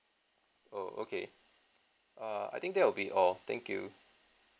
oh okay err I think that will be all thank you